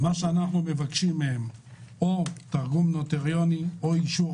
אנחנו מבקשים מהם או תרגום נוטריוני או אישור